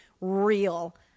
real